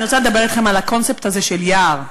אני רוצה לדבר אתכם על הקונספט הזה של יער,